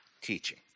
teaching